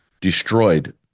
destroyed